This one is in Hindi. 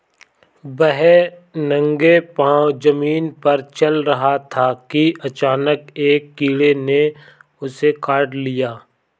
वह नंगे पांव जमीन पर चल रहा था कि अचानक एक कीड़े ने उसे काट लिया